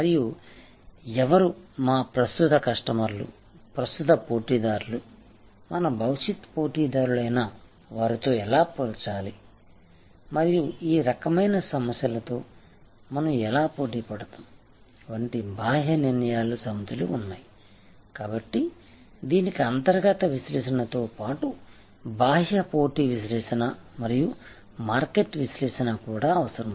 మరియు ఎవరు మా ప్రస్తుత కస్టమర్లు ప్రస్తుత పోటీదారులు మన భవిష్యత్ పోటీదారులైన వారితో ఎలా పోల్చాలి మరియు ఈ రకమైన సమస్యలతో మనం ఎలా పోటీ పడతాము వంటిబాహ్య నిర్ణయాల సమితులు ఉన్నాయి కాబట్టి దీనికి అంతర్గత విశ్లేషణతో పాటు బాహ్య పోటీ విశ్లేషణ మరియు మార్కెట్ విశ్లేషణ కూడా అవసరం